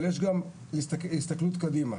אבל יש גם הסתכלות קדימה.